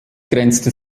grenzte